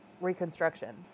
reconstruction